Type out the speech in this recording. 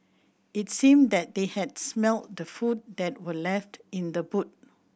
it seemed that they had smelt the food that were left in the boot